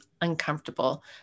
uncomfortable